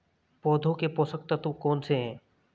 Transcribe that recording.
पौधों के पोषक तत्व कौन कौन से हैं?